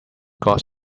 got